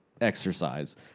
exercise